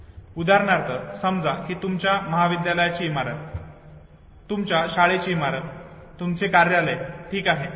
उदाहरणार्थ समजा की तुमच्या महाविद्यालयाची इमारत तुमच्या शाळेची इमारत तुमचे कार्यालय ठीक आहे